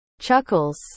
Chuckles